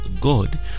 God